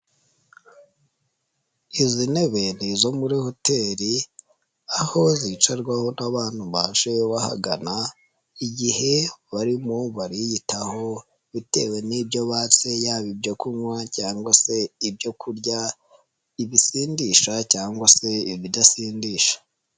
Izi ntebe ni izo muri hoteli aho zicarwaho n'abantu baje bahagana igihe barimo bariyitaho bitewe n'ibyo batse yaba ibyo kunywa cyangwa se ibyo kurya, ibisindisha cyangwa se ibidasindisha.